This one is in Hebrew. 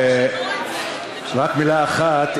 רק מילה אחת,